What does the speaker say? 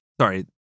sorry